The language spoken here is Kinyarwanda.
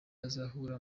azahura